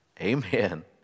Amen